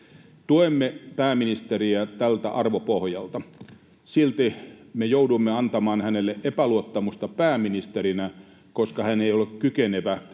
Tuemme pääministeriä tältä arvopohjalta. Silti me joudumme antamaan hänelle epäluottamusta pääministerinä, koska hän ei ollut kykenevä, hallitus